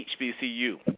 HBCU